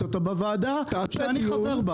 אתה בוועדה שאני חבר בה.